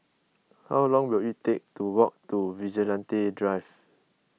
how long will it take to walk to Vigilante Drive